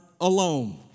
alone